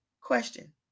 question